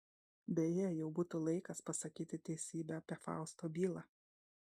beje jau būtų laikas pasakyti teisybę apie fausto bylą